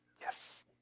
yes